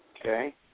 Okay